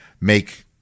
make